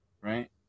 right